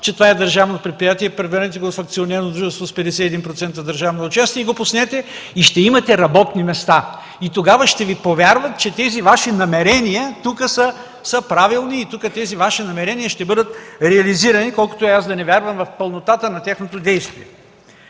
че това е държавно предприятие. Превърнете го в акционерно дружество с 51% държавно участие и го пуснете. Ще имате работни места. Тогава ще Ви повярват, че тези Ваши намерения са правилни и че те ще бъдат реализирани, колкото и аз да не вярвам в пълнотата на тяхното действие.